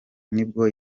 nibwo